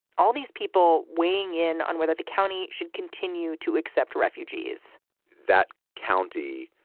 all these people weighing in on whether the county should continue to accept refugees that county,